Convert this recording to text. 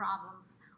problems